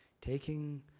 Taking